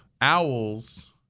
owls